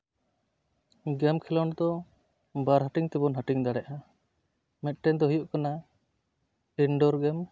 ᱜᱮᱢ ᱠᱷᱮᱞᱳᱰ ᱫᱚ ᱵᱟᱨ ᱦᱟᱹᱴᱤᱧ ᱛᱮᱵᱚᱱ ᱦᱟᱹᱴᱤᱧ ᱫᱟᱲᱮᱭᱟᱜᱼᱟ ᱢᱤᱫᱴᱮᱱ ᱫᱚ ᱦᱩᱭᱩᱜ ᱠᱟᱱᱟ ᱤᱱᱰᱳᱨ ᱜᱮᱢ